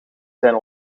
zijn